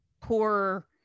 poor